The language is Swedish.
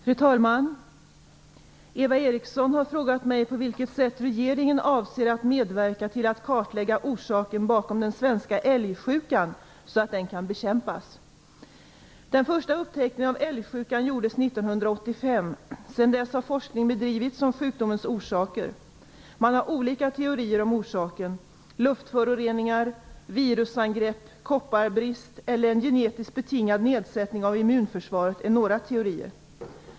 Fru talman! Eva Eriksson har frågat mig på vilket sätt regeringen avser att medverka till att kartlägga orsaken till den svenska älgsjukan så att den kan bekämpas. Den första upptäckten av älgsjukan gjordes 1985. Sedan dess har forskning bedrivits om sjukdomens orsaker. Man har olika teorier om orsaken. Luftföroreningar, virusangrepp, kopparbrist eller en genetiskt betingad nedsättning av immunförsvaret är några teorier.